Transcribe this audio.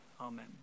Amen